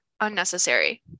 unnecessary